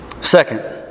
Second